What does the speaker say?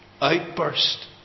outburst